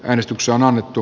äänestys on annettu